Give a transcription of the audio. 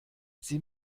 sie